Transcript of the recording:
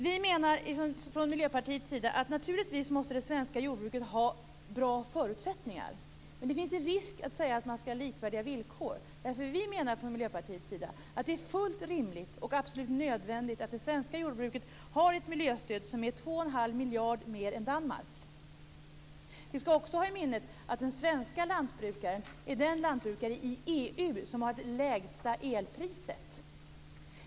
Vi menar från Miljöpartiets sida att naturligtvis måste det svenska jordbruket ha bra förutsättningar, men det finns en risk i att säga att man skall ha likvärdiga villkor. Vi menar från Miljöpartiets sida att det är fullt rimligt och absolut nödvändigt att det svenska jordbruket har ett miljöstöd som är 2 1⁄2 miljard mer än det man har i Danmark.